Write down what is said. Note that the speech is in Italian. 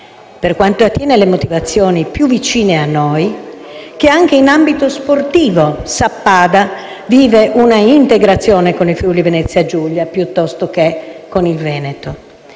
per quanto attiene le motivazioni più vicine a noi, che anche in ambito sportivo Sappada vive una integrazione con il Friuli-Venezia Giulia piuttosto che con il Veneto.